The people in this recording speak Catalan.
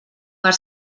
per